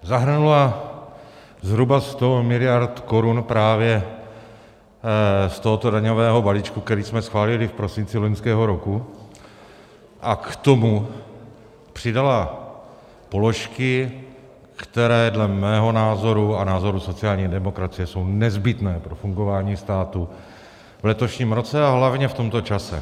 Zahrnula zhruba 100 miliard korun právě z tohoto daňového balíčku, který jsme schválili v prosinci loňského roku, a k tomu přidala položky, které dle mého názoru a názoru sociální demokracie jsou nezbytné pro fungování státu v letošním roce a hlavně v tomto čase.